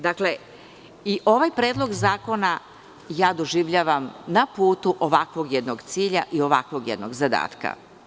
Dakle, i ovaj predlog zakona ja doživljavam na putu ovakvog jednog cilja i ovakvog jednog zadatka.